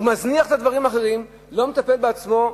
הוא מזניח את הדברים האחרים, לא מטפל בעצמו,